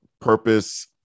purpose